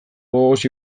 gogoz